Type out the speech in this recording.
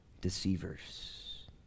deceivers